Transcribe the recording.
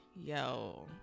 yo